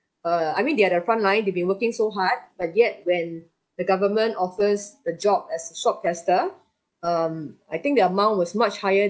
uh I mean they're in the frontline they've working so hard but yet when the government offers the job as a swab tester um I think the amount was much higher